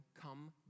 come